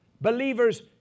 Believers